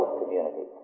community